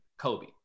Kobe